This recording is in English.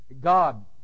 God